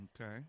Okay